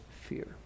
fear